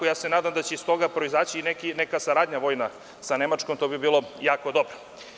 Nadam se da će iz toga proizađi i neka saradnja vojna sa Nemačkom, jer to bi bilo jako dobro.